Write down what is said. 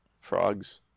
frogs